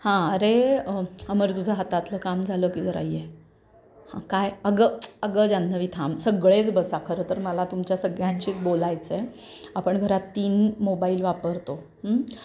हां अरे अमर तुझ्या हातातलं काम झालं की जरा ये हां काय अगं अगं जान्हवी थांब सगळेच बसा खरं तर मला तुमच्या सगळ्यांशीच बोलायचं आहे आपण घरात तीन मोबाईल वापरतो